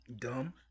Dumb